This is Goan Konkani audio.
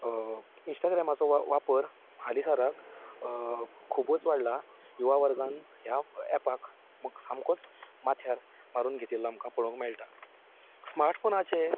इंस्टाग्रामाचो वापर वापर हाली सराक खुबूच वाडला युवा वर्गान ह्या ऍपाक सामकोच माथ्यार मारून घेतिल्लो आमकां पळोवंक मेळटा स्मार्ट फोनाचे